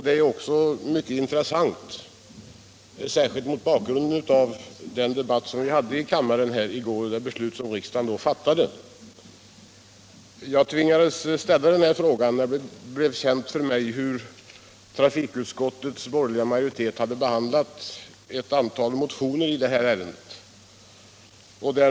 Det är också mycket intressant — särskilt mot bakgrund av den debatt vi hade i kammaren i går och det beslut riksdagen då fattade. Jag tvingades ställa den här frågan när det blev känt för mig hur trafikutskottets borgerliga majoritet hade behandlat ett antal motioner i dessa ärenden.